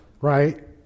right